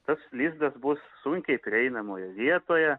tas lizdas bus sunkiai prieinamoje vietoje